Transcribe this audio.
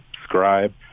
subscribe